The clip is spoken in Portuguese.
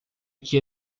que